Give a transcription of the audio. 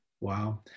Wow